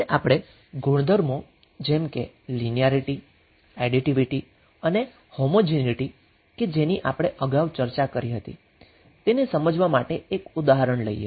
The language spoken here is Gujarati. હવે આપણે ગુણધર્મો જેમ કે લીનીયારીટી એડીટીવીટી અને હોમોજીનીટી કે જેની આપણે અગાઉ ચર્ચા કરી હતી તેને સમજવા માટે એક ઉદાહરણ લઈએ